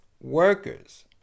workers